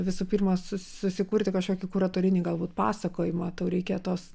visų pirma su susikurti kažkokį kuratorinį galbūt pasakojimą tau reikia tos